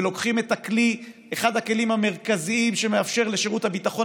ולוקחים את אחד הכלים המרכזיים שמאפשר לשירות הביטחון